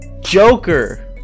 Joker